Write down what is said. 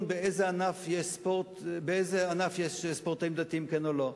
באיזה ענף יש ספורטאים דתיים כן או לא,